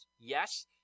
yes